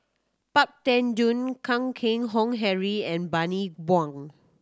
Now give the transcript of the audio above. Pang Teck Joon Kan Keng Howe Harry and Bani Buang